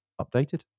updated